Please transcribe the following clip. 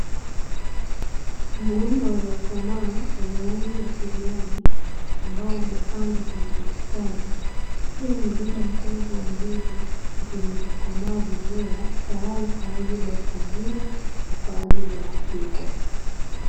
Mgomba uliokomaa wenye rangi ya kijani, ambao umepandwa kwenye bustani, ukiwa umebeba mkungu wa ndizi zilizokomaa vizuri tayari kwa ajili ya kuvunwa na kwa ajili ya kupikwa.